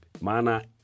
Mana